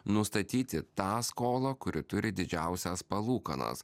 nustatyti tą skolą kuri turi didžiausias palūkanas